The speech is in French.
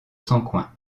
sancoins